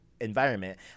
environment